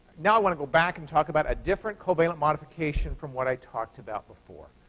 now i want to go back and talk about a different covalent modification from what i talked about before.